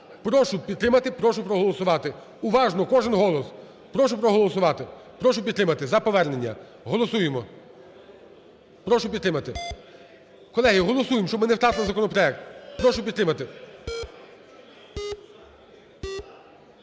Прошу підтримати, прошу проголосувати. Уважно, кожен голос. Прошу проголосувати, прошу підтримати за повернення. Голосуємо! Прошу підтримати. Колеги, голосуємо, щоб ми не втратили законопроект! Прошу підтримати.